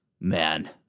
Man